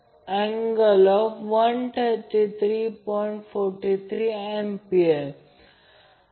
तर जर ते ∆∆∆ कनेक्शन असेल तर हे जे काही आहे ते Vab या फेजमध्ये असेल